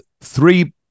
three